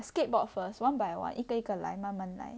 skateboard first one by one 一个一个来慢慢来